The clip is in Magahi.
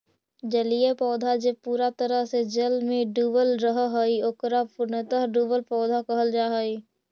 जलीय पौधा जे पूरा तरह से जल में डूबल रहऽ हई, ओकरा पूर्णतः डुबल पौधा कहल जा हई